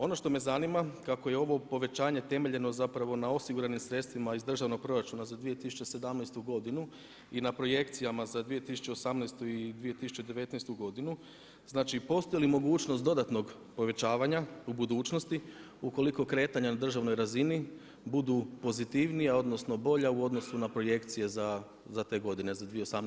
Ono što me zanima, kako je ovo povećanje temeljeno zapravo na osiguranim sredstvima iz državnog proračuna za 2017. godinu i na projekcijama za 2018. i 2019. godinu, znači postoji li mogućnost dodatnog povećavanja u budućnosti ukoliko kretanja na državnoj razini budu pozitivnija, odnosno bolja u odnosu na projekcije za te godine 2018. i 2019.